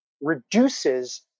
reduces